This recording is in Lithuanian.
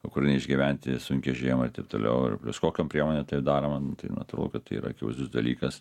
ukrainai išgyventi sunkią žiemą ir taip toliau ir plius kokiom priemonėm tai daroma nu tai natūralu kad tai yra akivaizdus dalykas